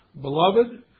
Beloved